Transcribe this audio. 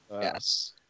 yes